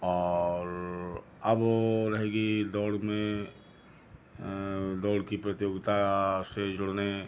और अब ओ रहे गई दौड़ में उ दौड़ की प्रतियोगिता से जुड़ने